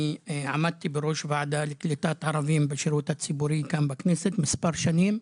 עמדתי בראש ועדה לקליטת ערבים בשירות הציבורי כאן בכנסת מספר שנים.